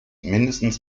mindestens